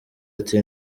ati